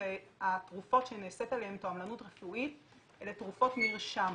והתרופות שנעשית עליהן תועמלנות רפואית אלה תרופות מרשם